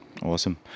Awesome